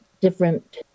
different